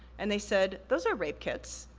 and they said, those are rape kits.